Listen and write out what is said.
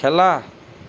খেলা